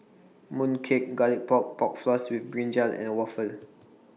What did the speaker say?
Mooncake Garlic Pork Pork Floss with Brinjal and Waffle